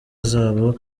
zabo